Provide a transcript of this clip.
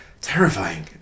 terrifying